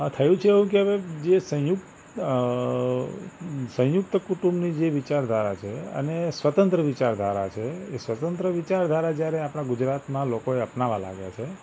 થયું છે એવું કે જે સંયુક્ત સંયુક્ત કુટુંબની જે વિચારધારા છે અને સ્વતંત્ર વિચારધારા છે એ સ્વતંત્ર વિચારધારા જયારે આપણાં ગુજરાતમાં લોકો એ અપનાવવા લાગ્યા છે